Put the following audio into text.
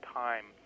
time